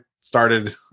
started